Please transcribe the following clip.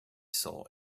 saw